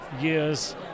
years